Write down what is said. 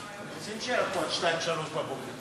אתם רוצים להישאר פה עד שתיים-שלוש בבוקר.